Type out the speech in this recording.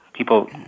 People